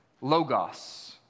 Logos